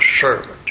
servant